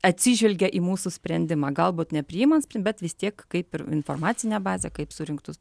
atsižvelgia į mūsų sprendimą galbūt nepriima bet vis tiek kaip ir informacinę bazę kaip surinktus